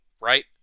right